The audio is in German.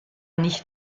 nicht